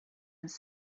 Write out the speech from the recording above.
his